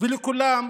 ולכולם